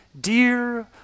dear